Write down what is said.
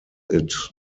its